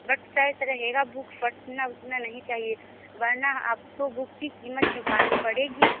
बस शर्त रहेगा बुक फटना उटना नहीं चाहिए वरना आपको बुक की कीमत चुकानी पड़ेगी